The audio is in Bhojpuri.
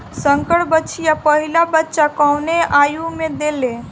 संकर बछिया पहिला बच्चा कवने आयु में देले?